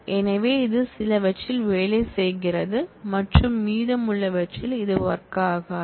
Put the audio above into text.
எனவே இது சிலவற்றில் வேலை செய்கிறது மற்றும் மீதமுள்ளவற்றில் இது வொர்க் ஆகாது